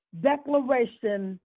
declaration